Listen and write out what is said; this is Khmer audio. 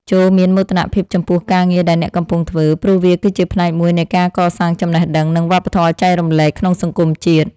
ចូរមានមោទនភាពចំពោះការងារដែលអ្នកកំពុងធ្វើព្រោះវាគឺជាផ្នែកមួយនៃការកសាងចំណេះដឹង និងវប្បធម៌ចែករំលែកក្នុងសង្គមជាតិ។